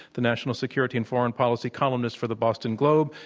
the national security and foreign policy columnist for the boston globe.